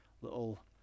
little